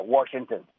Washington